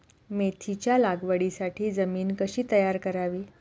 मेथीच्या लागवडीसाठी जमीन कशी तयार करावी?